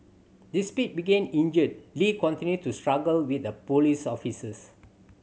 despite begin injured Lee continued to struggle with the police officers